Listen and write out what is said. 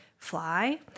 Fly